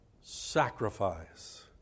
sacrifice